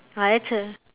!wah! that's a